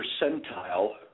percentile